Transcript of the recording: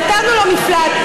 נתנו לו מפלט.